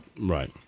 Right